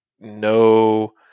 no